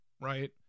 right